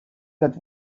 that